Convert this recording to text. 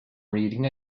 reading